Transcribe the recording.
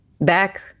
back